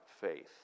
faith